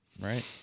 Right